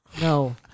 No